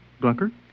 glunker